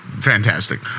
fantastic